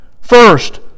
First